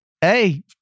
hey